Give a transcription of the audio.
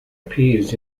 appears